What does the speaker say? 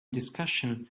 discussion